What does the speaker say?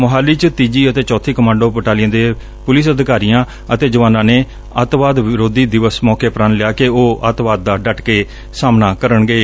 ਮੁਹਾਲੀ ਚ ਤੀਜੀ ਅਤੇ ਚੌਥੀ ਕਮਾਂਡੋ ਬਟਾਲੀਅਨ ਦੇ ਪੁਲਿਸ ਅਧਿਕਾਰੀਆਂ ਅਤੇ ਜਵਾਨਾਂ ਨੇ ਅਤਿਵਾਦ ਵਿਰੋਧੀ ਦਿਵਸ ਮੌਕੇ ਪ੍ਣ ਲਿਆ ਕਿ ਉਹ ਅਤਿਵਾਦ ਦਾ ਡੱਟ ਕੇ ਸਾਹਮਣਾ ਕਰਨਗੇ